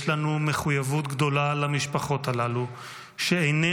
יש לנו מחויבות גדולה למשפחות הללו שאיננה